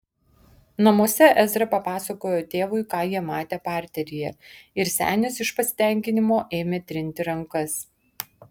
namuose ezra papasakojo tėvui ką jie matę parteryje ir senis iš pasitenkinimo ėmė trinti rankas